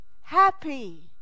happy